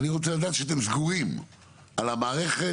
אני רוצה לדעת שאתם סגורים על המערכת,